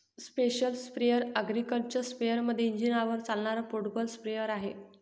special sprayer agriculture स्पेअरमध्ये इंजिनावर चालणारे पोर्टेबल स्प्रेअर आहे